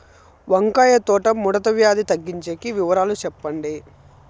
వంకాయ తోట ముడత వ్యాధి తగ్గించేకి వివరాలు చెప్పండి?